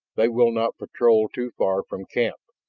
they will not patrol too far from camp.